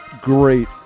great